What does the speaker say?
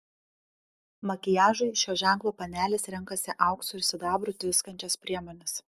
makiažui šio ženklo panelės renkasi auksu ir sidabru tviskančias priemones